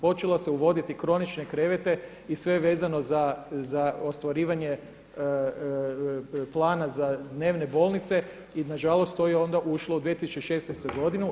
Počelo se uvoditi kronične krevete i sve je vezano za ostvarivanje plana za dnevne bolnice i na žalost to je onda ušlo u 2016. godinu.